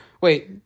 Wait